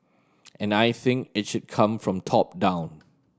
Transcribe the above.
and I think it should come from top down